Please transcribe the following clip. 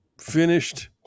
finished